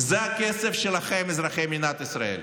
זה הכסף שלכם, אזרחי מדינת ישראל.